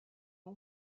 ont